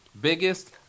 biggest